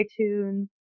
iTunes